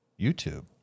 YouTube